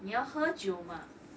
你要喝酒吗